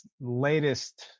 latest